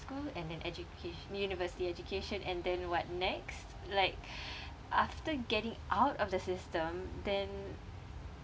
school and then educa~ university education and then what next like after getting out of the system then